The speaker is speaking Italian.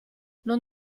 non